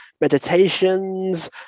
meditations